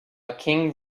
king